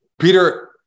Peter